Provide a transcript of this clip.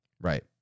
Right